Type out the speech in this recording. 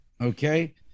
Okay